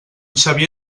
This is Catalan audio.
xavier